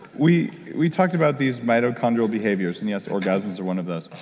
we, we talked about these mitochondrial behaviors and yes, orgasms are one of those,